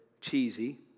cheesy